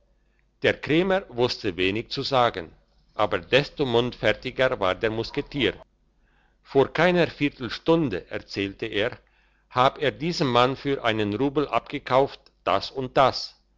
der krämer wusste wenig zu sagen aber desto mundfertiger war der musketier vor keiner viertelstunde erzählte er hab er diesem mann für einen rubel abgekauft das und das